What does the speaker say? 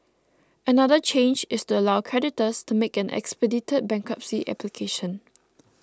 another change is to allow creditors to make an expedited bankruptcy application